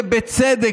ובצדק,